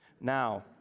now